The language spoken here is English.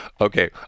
Okay